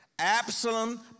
Absalom